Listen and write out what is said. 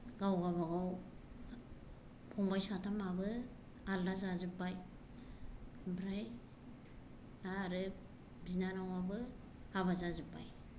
गाव गावबागाव फंबाय साथामाबो आलादा जाजोब्बाय ओमफ्राय दा आरो बिनानावाबो हाबा जाजोब्बाय